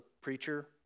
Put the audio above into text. preacher